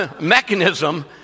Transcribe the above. mechanism